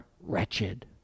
wretched